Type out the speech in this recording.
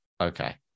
Okay